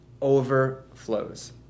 overflows